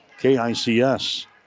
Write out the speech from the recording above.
KICS